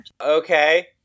Okay